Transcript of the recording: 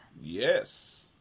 Yes